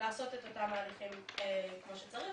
לעשות את אותם ההליכים כמו שצריך.